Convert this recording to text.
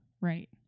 Right